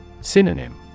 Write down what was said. Synonym